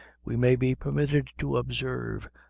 we may be permitted to observe,